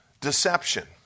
deception